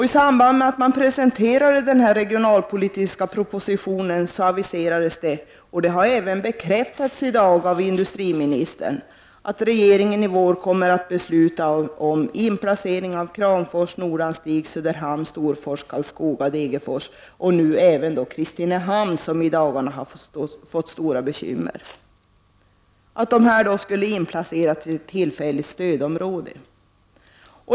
I samband med att man presenterade den regionalpolitiska propositionen aviserades — och det har i dag bekräftats av industriministern — att regeringen i vår kommer att besluta om att Kramfors, Nordanstig, Söderhamn, Storfors, Karlskoga, Degerfors och nu även Kristinehamn, som i dagarna har fått stora bekymmer, skall inplaceras i tillfälligt stödområde.